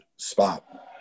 Spot